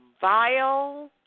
vile